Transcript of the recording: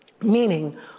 meaning